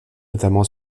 notamment